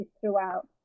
throughout